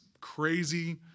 crazy